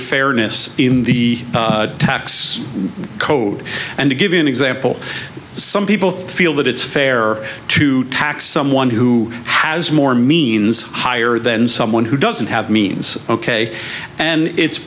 fairness in the tax code and to give you an example some people feel that it's fair to tax someone who has more means higher than someone who doesn't have means ok and it's